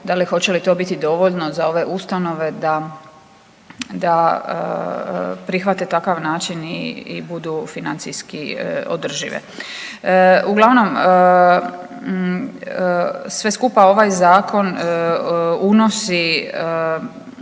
da li hoće li to biti dovoljno za ove ustanove da, da prihvate takav način i budu financijski održive. Uglavnom, sve skupa ovaj zakon unosi,